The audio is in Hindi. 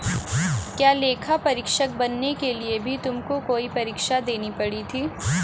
क्या लेखा परीक्षक बनने के लिए भी तुमको कोई परीक्षा देनी पड़ी थी?